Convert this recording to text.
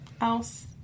else